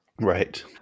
right